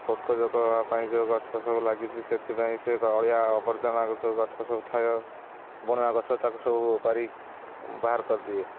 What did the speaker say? ପୋକଜୋକ ହବା ପାଇଁ ଯୋଉ ଗଛ ସବୁ ଲାଗିଛି ସେଥିପାଇଁ ସେ ଅଳିଆ ଅବର୍ଜନା ସବୁ ଗଛ ସବୁ ଥାଏ ବଣୁଆ ଗଛ ତାକୁ ସବୁ ଉପାରି ବାହାର କରିଦିଏ